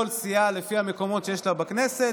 כל סיעה לפי המקומות שיש לה בכנסת.